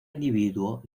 individuo